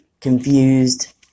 confused